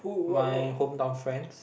my hometown friends